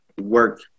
work